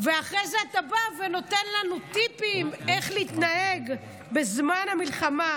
ואחרי זה אתה בא ונותן לנו טיפים איך להתנהג בזמן המלחמה.